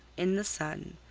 in the sun,